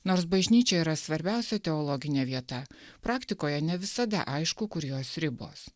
nors bažnyčia yra svarbiausia teologinė vieta praktikoje ne visada aišku kur jos ribos